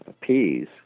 peas